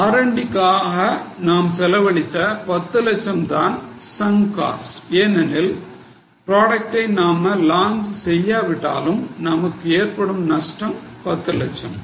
R and D காக நாம் செலவழித்த 10 லட்சம் தான்sunk cost ஏனெனில் ப்ராடக்டை நாம launch செய்யாவிட்டாலும் நமக்கு ஏற்படும் நஷ்டம் 10 லட்சம்